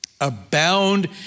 Abound